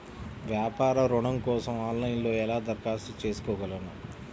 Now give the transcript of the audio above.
వ్యాపార ఋణం కోసం ఆన్లైన్లో ఎలా దరఖాస్తు చేసుకోగలను?